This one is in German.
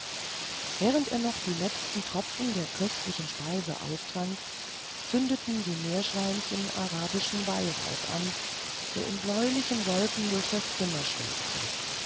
während er noch die letzten tropfen der köstlichen speise austrank zündeten die meerschweinchen arabischen weihrauch an der in bläulichen wolken durch das zimmer schwebte